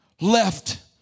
left